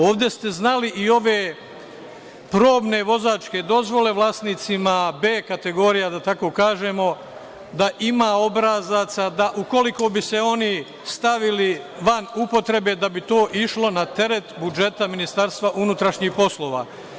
Ovde ste znali i ove probne vozačke dozvole, vlasnicima B kategorija da tako kažemo, da ima obrazaca, da ukoliko bi se oni stavili van upotrebe da bi to išlo na teret budžeta Ministarstva unutrašnjih poslova.